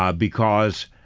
um because,